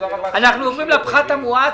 הישיבה נעולה.